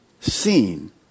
seen